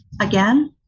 again